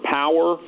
power